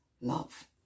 love